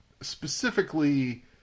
specifically